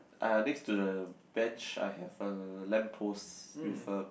uh next to the bench I have a lamp post with a